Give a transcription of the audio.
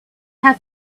have